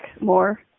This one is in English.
more